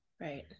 Right